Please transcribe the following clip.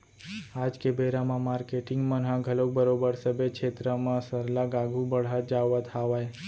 आज के बेरा म मारकेटिंग मन ह घलोक बरोबर सबे छेत्र म सरलग आघू बड़हत जावत हावय